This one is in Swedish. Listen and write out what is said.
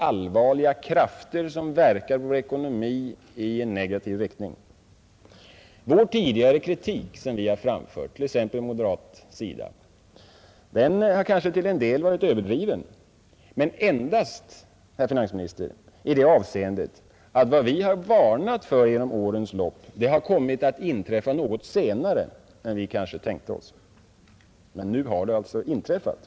Allvarliga krafter verkar på vår ekonomi i negativ riktning. Den kritik vi från moderat sida tidigare framfört har kanske till en del varit överdriven, men endast, herr finansminister, i det avseendet att vad vi varnat för genom årens lopp har kommit att inträffa något senare än vi kanske tänkte oss. Men nu har det alltså inträffat.